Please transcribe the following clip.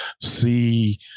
see